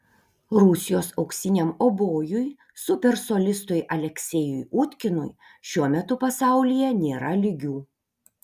rusijos auksiniam obojui super solistui aleksejui utkinui šiuo metu pasaulyje nėra lygių